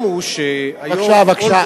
המצב הקיים הוא שהיום, בבקשה, בבקשה.